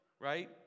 right